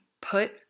Put